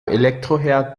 elektroherd